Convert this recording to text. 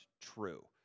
true